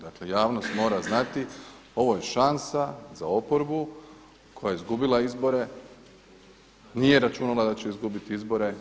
Dakle javnost mora znati ovo je šansa za oporbu koja je izgubila izbore, nije računala da će izgubiti izbore.